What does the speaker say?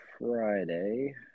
Friday